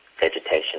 vegetation